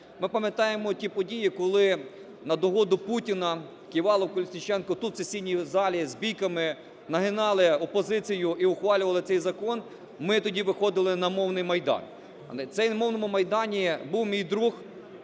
Ми пам'ятаємо ті події, коли на догоду Путіна Ківалов-Колесніченко тут, в сесійній залі з бійками "нагинали" опозицію і ухвалювали цей закон, ми тоді виходили на "Мовний майдан". На цьому "Мовному майдані" був мій друг,